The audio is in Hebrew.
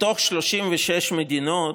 מתוך 36 מדינות,